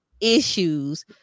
issues